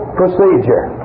procedure